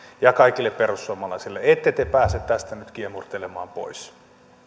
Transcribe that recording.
ja kaikille perussuomalaisille ette te pääse tästä nyt kiemurtelemaan pois